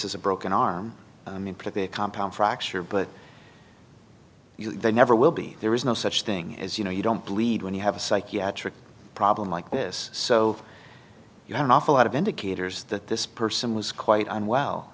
as a broken arm i mean put the compound fracture but you know they never will be there is no such thing as you know you don't bleed when you have a psychiatric problem like this so you have an awful lot of indicators that this person was quite unwell